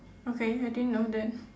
okay I didn't know that